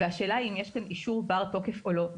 והשאלה היא אם יש כאן אישור בר-תוקף או לא.